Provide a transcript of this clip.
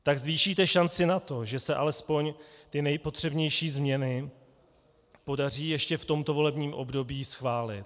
Tak zvýšíte šanci na to, že se alespoň ty nejpotřebnější změny podaří ještě v tomto volebním období schválit.